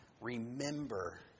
Remember